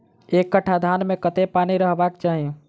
एक कट्ठा धान मे कत्ते पानि रहबाक चाहि?